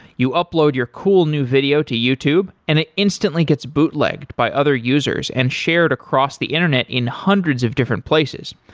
you upload your cool new video to youtube and it instantly gets bootlegged by other users and shared across the internet in hundreds of different places.